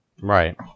Right